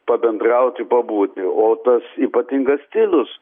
pabendrauti pabūti o tas ypatingas stilius